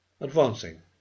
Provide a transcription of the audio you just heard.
advancing